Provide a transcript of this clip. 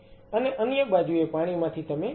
અને અન્ય બાજુએ પાણીમાંથી તમે વરાળ બનાવો છો